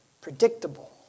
predictable